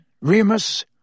Remus